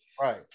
right